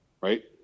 right